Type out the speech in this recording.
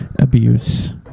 abuse